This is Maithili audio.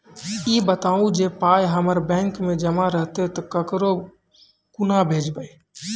ई बताऊ जे पाय हमर बैंक मे जमा रहतै तऽ ककरो कूना भेजबै?